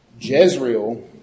Jezreel